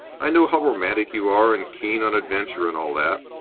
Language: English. i know how romantic you are and keen on adventure and all that.